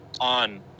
on